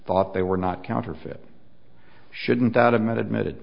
thought they were not counterfeit shouldn't that admit admitted